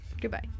Goodbye